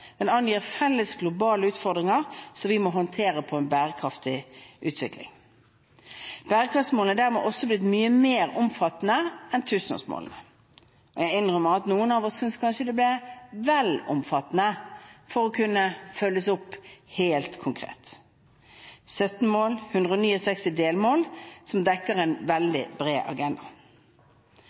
Den angir de felles globale utfordringer vi må håndtere for bærekraftig utvikling. Bærekraftsmålene er dermed også blitt mye mer omfattende enn tusenårsmålene. Jeg innrømmer at noen av oss kanskje synes det ble vel omfattende for å kunne følges opp helt konkret. Det er 17 mål og 169 delmål som dekker en veldig bred agenda.